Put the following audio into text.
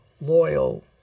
loyal